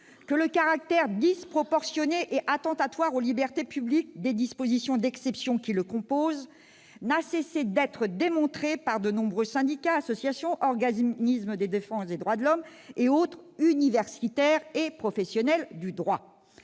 que le caractère disproportionné et attentatoire aux libertés publiques des dispositions d'exception qui le composent n'a cessé d'être démontré par de nombreux syndicats, associations, organismes de défense des droits de l'homme ou autres universitaires et professionnels du droit.